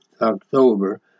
October